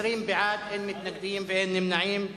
20 בעד, אין מתנגדים ואין נמנעים.